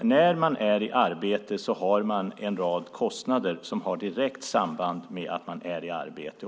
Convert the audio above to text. När man är i arbete har man en rad kostnader som har direkt samband med att man är i arbete.